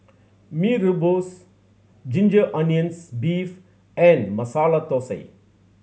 Mee Rebus ginger onions beef and Masala Thosai